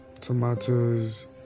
tomatoes